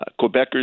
Quebecers